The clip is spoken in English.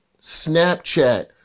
Snapchat